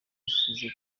yashyize